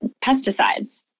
pesticides